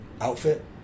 outfit